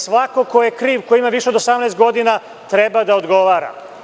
Svako ko je kriv, ko ima više od 18 godina treba da odgovara.